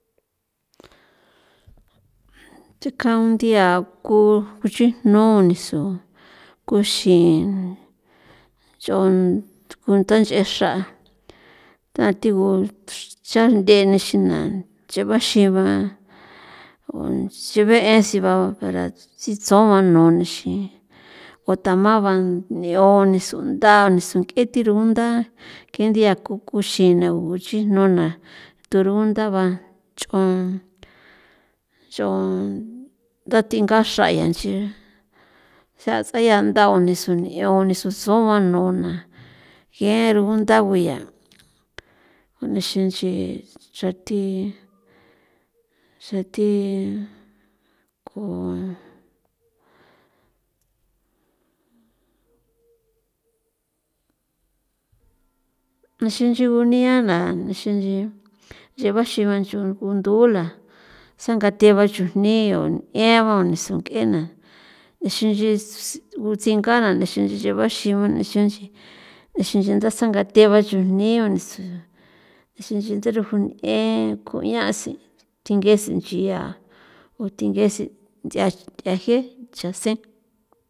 Thi kau nthia ku guchijno nisu kuxin nch'on ku ndach'e xra nda thi gu cha nthe nixina nch'eba xiba tsibe' e xiban para tsitso mano nixin otama ban nioni sunda nisu nk'e thi rugunda ke nthia kukuxina guchijno na turu ndaba nch'on nch'on ndatinga xraya nchi cha' s'a ndaba nisu ni 'ion nisusu bano na je rogunda gu ya gunixi nchi xra thi xra thii ku nixin nchi gunia la nixin nchi nixin nchi nch'eba xiba xu gundula tsangathe ba chujnii o n'en ba o nisu nk'ena nixin nchi tsi utsingana nixin nchi nch'e ba xiba nixin nch'i tha sangathe ba chujni o nisun nixin nchi nda xra ku'ñe kuniasi thinguesi nchia uthinguesi nts'ia gie ncha sen.